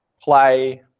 play